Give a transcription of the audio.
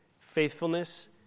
faithfulness